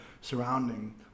surrounding